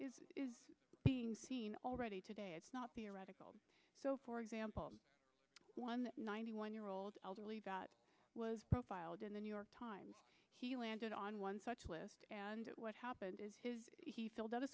is being seen already today it's not theoretical so for example one ninety one year old elderly that was profiled in the new york times he landed on one such list and what happened is he filled out a